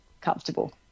comfortable